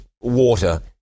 water